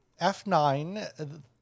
F9